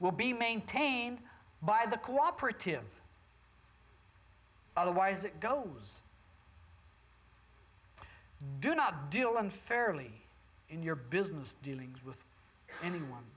will be maintained by the co operative otherwise it goes do not deal unfairly in your business dealings with anyone